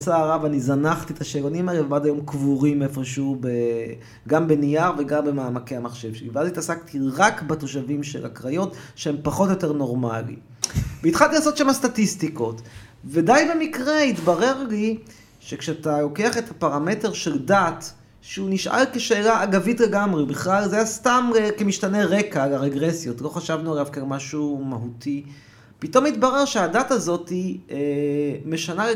בצער רב אני זנחתי את השאלונים האלה ועד היום הם קבורים איפשהו גם בנייר וגם במעמקי המחשב שלי ואז התעסקתי רק בתושבים של הקריאות שהם פחות או יותר נורמליים והתחלתי לעשות שם סטטיסטיקות ודי במקרה התברר לי שכשאתה לוקח את הפרמטר של דת שהוא נשאל כשאלה אגבית לגמרי בכלל זה היה סתם כמשתנה רקע על הרגרסיות לא חשבנו עליו כמשהו מהותי פתאום התברר שהדת הזאת משנה